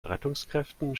rettungskräften